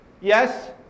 Yes